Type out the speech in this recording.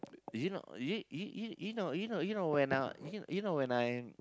you know you you you know you know when I you know when I